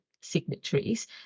signatories